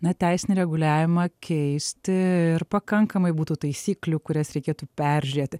na teisinį reguliavimą keisti ir pakankamai būtų taisyklių kurias reikėtų peržiūrėti